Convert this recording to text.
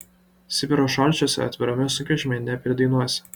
sibiro šalčiuose atvirame sunkvežimy nepridainuosi